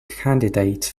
candidate